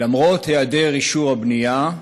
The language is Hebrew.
למרות היעדר אישור הבנייה,